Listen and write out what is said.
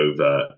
over